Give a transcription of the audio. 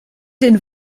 den